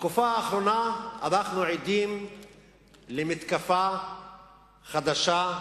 בתקופה האחרונה אנחנו עדים למתקפה חדשה,